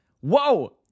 Whoa